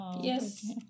Yes